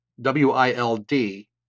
w-i-l-d